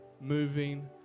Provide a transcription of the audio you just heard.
moving